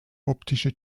optische